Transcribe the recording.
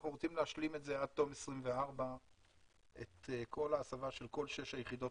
אנחנו רוצים להשלים את כל ההסבה של כל שש היחידות